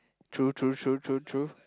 true true true true true